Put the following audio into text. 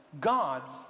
gods